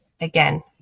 again